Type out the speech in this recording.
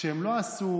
והם לא עשו,